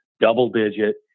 double-digit